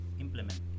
implement